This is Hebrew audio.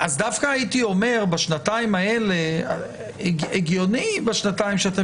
דווקא הייתי אומר הגיוני בשנתיים האלה שאתם